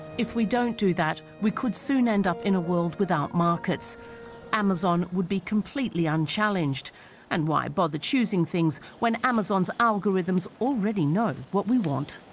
if we don't do that, we could soon end up in a world without markets amazon would be completely unchallenged and why bother choosing things when amazon's algorithms already know what we want